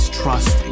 trust